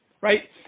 right